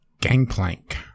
Gangplank